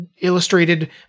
illustrated